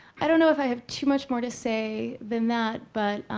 i don't know if i have too much more to say than that, but